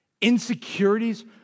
Insecurities